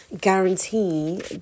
guarantee